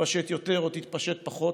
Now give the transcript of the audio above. ותתפשט יותר או תתפשט פחות.